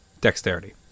Dexterity